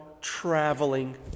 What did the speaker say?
traveling